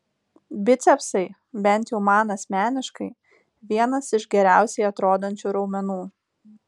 bicepsai bent jau man asmeniškai vienas iš geriausiai atrodančių raumenų